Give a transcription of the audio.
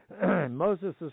Moses